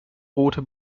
rote